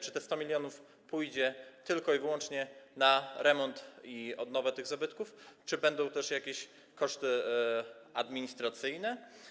Czy te 100 mln pójdzie tylko i wyłącznie na remont i odnowę tych zabytków, czy będą też jakieś koszty administracyjne?